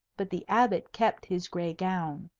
but the abbot kept his gray gown.